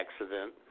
accident